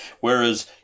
Whereas